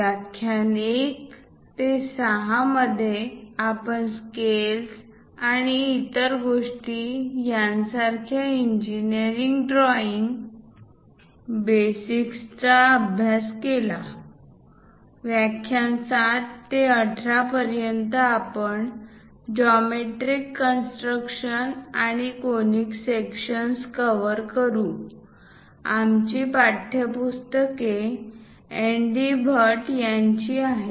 व्याख्यान 1 ते 6 मध्ये आपण स्केल्स आणि इतर गोष्टी सारख्या इंजिनिअरिंग ड्रॉईंग बेसिक्सचा अभ्यास केला व्याख्यान 7 ते 18 पर्यंत आपण जॉमेट्रीक कन्स्ट्रक्शन आणि कोनिक सेक्शन्स कव्हर करू आमची पाठ्यपुस्तके एन डी भट्ट यांची आहेत